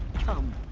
come.